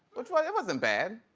which, like it wasn't bad.